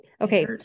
okay